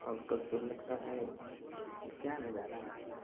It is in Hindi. और कभी कभी लगता है कि क्या नज़ारा है